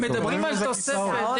הם מדברים על תוספת.